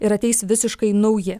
ir ateis visiškai nauji